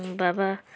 ବାବା